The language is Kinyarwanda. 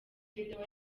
video